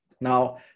Now